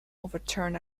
overturn